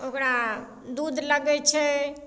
ओकरा दूध लगै छै